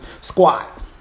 squat